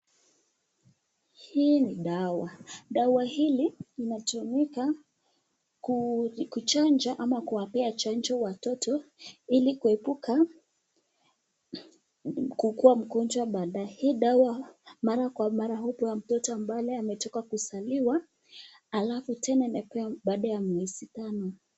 Hii ni dawa, dawa hili inatumika kuchanja ama kuwapea chanjo watoto ili kuepuka kukuwa mgonjwa baadaye. Hii dawa mara kwa mara hupea mtoto pale ambapo ametoka kuzaliwa halafu tena anapewa baada ya miezi tano.